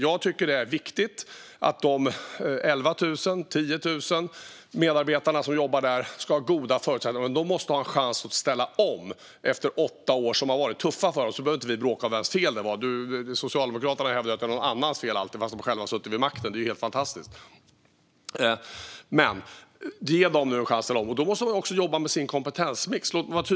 Jag tycker att det är viktigt att de drygt 10 000 medarbetarna på Arbetsförmedlingen har goda förutsättningar, men de måste få en chans att ställa om efter åtta tuffa år. Vi behöver inte bråka om vems fel det var. Socialdemokraterna hävdar alltid att det är någon annans fel - även när de har suttit vid makten, vilket är helt fantastiskt. Nu måste personalen ges en chans, också att jobba med sin kompetensmix.